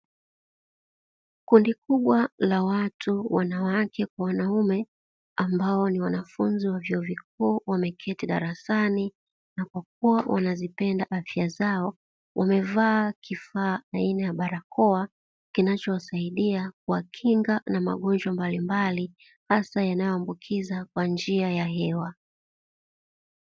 Kundi kubwa la watu wanawake kwa wanaume, ambao ni wanafunzi wa vyuo vikuu wameketi darasani na kwakua wanazipenda afya zao, wamevaa kifaa aina ya barakoa kinachowasaidia kuwakinga na magonjwa mbalimbali, hasa yanayoambukiza kwa njia ya hewa.